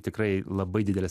tikrai labai dideles